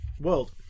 world